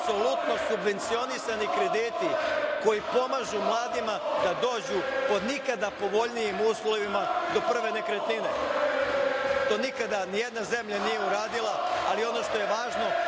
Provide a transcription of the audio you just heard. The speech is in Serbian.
apsolutno subvencionisani krediti koji pomažu mladima da dođu pod nikada povoljniji uslovima do prve nekretnine. To nikada nijedna zemlja nije uradila, ali ono što je važno,